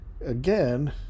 again